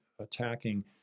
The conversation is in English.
attacking